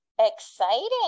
Exciting